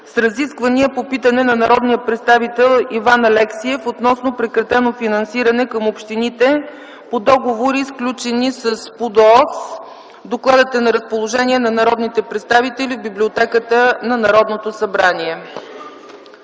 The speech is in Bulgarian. с разисквания по питане на народния представител Иван Алексиев относно прекратено финансиране към общините по договори, сключени с ПУДООС. Докладът е на разположение на народните представители в Библиотеката на Народното събрание.